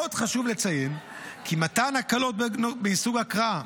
עוד חשוב לציין כי מתן הקלות מסוג הקראה